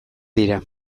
dira